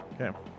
okay